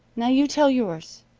now you tell yours.